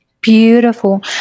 beautiful